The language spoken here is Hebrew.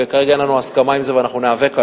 וכרגע אין לנו הסכמה על זה ואנחנו ניאבק עליו,